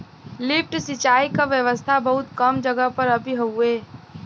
lift सिंचाई क व्यवस्था बहुत कम जगह पर अभी हउवे